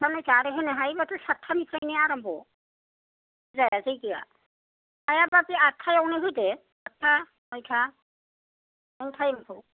आटता नईता आर होनो हायोबाथ' छाटतानिफ्रायनो आरामब' पुजाया जैग्यया हायाबा बे आटतायावनो होदो आटता नईता बे ताइमखौ